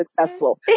successful